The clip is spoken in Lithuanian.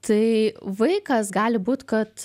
tai vaikas gali būt kad